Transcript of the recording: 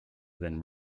than